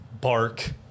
bark